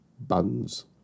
buns